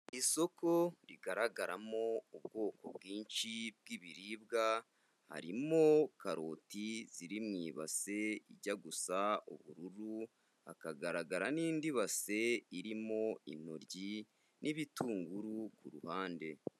Isoko rigaragaramo ubwoko bwinshi bw'ibiribwa, harimo karoti ziri mu ibasi ijya gusa ubururu, hakagaragara n'indi basi irimo intoryi n'ibitunguru ku ruhande.